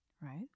right